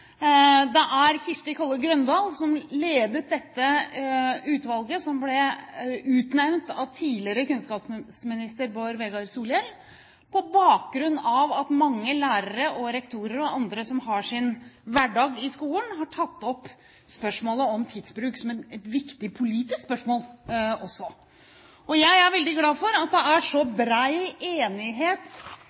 vært presentert. Kirsti Kolle Grøndahl ledet utvalget som ble utnevnt av tidligere kunnskapsminister Bård Vegar Solhjell på bakgrunn av at mange lærere og rektorer og andre som har sin hverdag i skolen, har tatt opp spørsmålet om tidsbruk, som et viktig politisk spørsmål også. Jeg er veldig glad for at det er så bred enighet